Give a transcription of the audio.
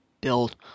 build